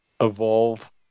evolve